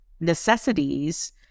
necessities